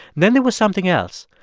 then there was something else.